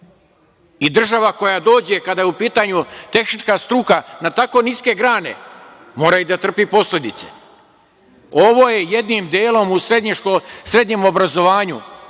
I država koja dođe, kada je u pitanju tehnička struka na tako niske grane, mora i da trpi posledice. Ovo je jednim delom u srednjem obrazovanju